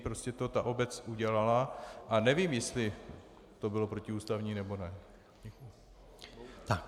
Prostě to ta obec udělala a nevím, jestli to bylo protiústavní, nebo ne.